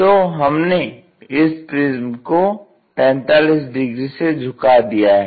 तो हमने इस प्रिज्म को 45 डिग्री से झुका दिया है